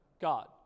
God